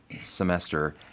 semester